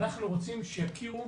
אנחנו רוצים שיכירו,